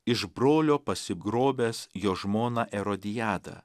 iš brolio pasigrobęs jo žmoną erodijadą